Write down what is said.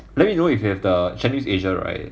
let me know if you have the channel news asia right